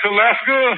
Alaska